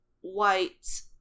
white